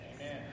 Amen